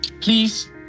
please